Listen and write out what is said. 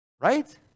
Right